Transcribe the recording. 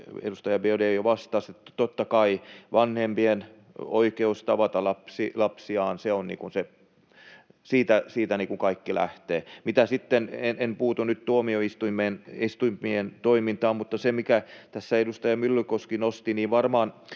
edustaja Biaudet jo vastasikin: aivan oikein, totta kai vanhempien oikeus tavata lapsiaan, siitä kaikki lähtee. En puutu nyt tuomioistuimien toimintaan, mutta siinä, minkä tässä edustaja Myllykoski nosti,